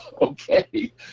okay